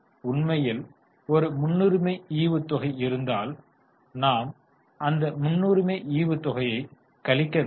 உண்மையில் ஒரு முன்னுரிமை ஈவுத்தொகை இருந்தால் நாம் அந்த முன்னுரிமை ஈவுத்தொகையை கழிக்க வேண்டும்